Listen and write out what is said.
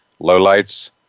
lowlights